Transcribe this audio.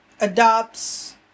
adopts